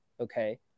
okay